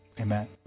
Amen